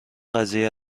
قضیه